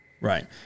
Right